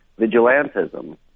vigilantism